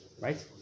right